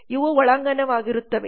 ಇವು ಒಳಾಂಗಣವಾಗಿರುತ್ತವೆ